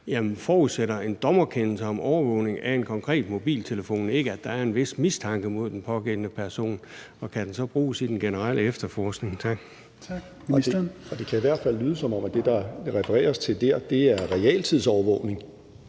forudsætter en dommerkendelse om overvågning af en konkret mobiltelefon ikke, at der er en vis mistanke mod den pågældende person, og kan det så bruges i den generelle efterforskning? Tak. Kl. 15:58 Fjerde næstformand (Rasmus Helveg Petersen):